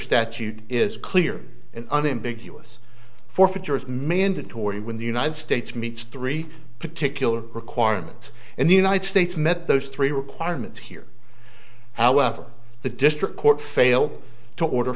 statute is clear and unambiguous forfeiture is mandatory when the united states meets three particular requirements and the united states met those three requirements here however the district court failed to order